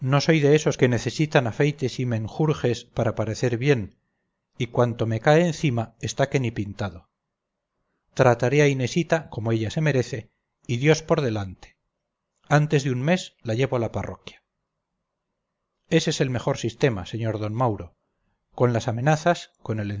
soy de esos que necesitan afeites y menjurjes para parecer bien y cuanto me cae encima está que ni pintado trataré a inesita como ella se merece y dios por delante antes de un mes la llevo a la parroquia ese es el mejor sistema sr d mauro con las amenazas con el